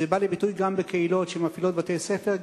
זה בא לידי ביטוי גם בקהילות שמפעילות בתי-ספר,